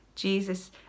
Jesus